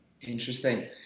Interesting